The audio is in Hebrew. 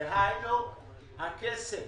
דהיינו, הכסף